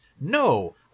No